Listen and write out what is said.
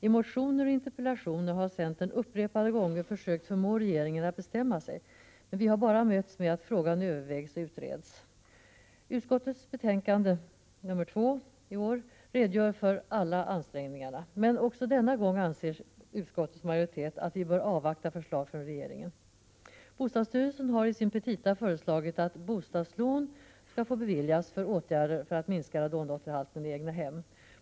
I motioner och interpellationer har centern upprepade gånger försökt förmå regeringen att bestämma sig, men vi har bara mötts med svaret att frågan övervägs och utreds. Utskottsbetänkandet nr 2 redogör för alla ansträngningar. Men också denna gång anser utskottets majoritet att vi bör avvakta förslag från regeringen. Bostadsstyrelsen har i sin petita föreslagit att bostadslån får beviljas för åtgärder för att minska radondotterhalten i egnahem.